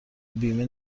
بیمه